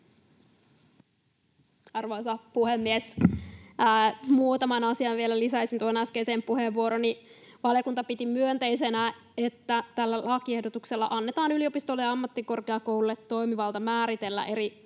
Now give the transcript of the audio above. Arvoisa puhemies! Muutaman asian vielä lisäisin tuohon äskeisen puheenvuorooni. Valiokunta piti myönteisenä, että tällä lakiehdotuksella annetaan yliopistoille ja ammattikorkeakouluille toimivalta määritellä eri